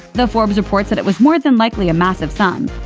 though forbes reports that it was more than likely a massive sum.